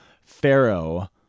Pharaoh